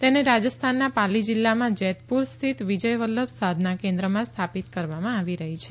તેને રાજસ્થાનના પાલી જીલ્લામાં જેતપુર સ્થિત વિજય વલ્લભ સાધના કેન્દ્રમાં સ્થાપિત કરવામાં આવી રહી છે